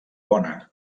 bona